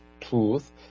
truth